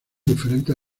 diferentes